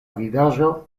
vidaĵo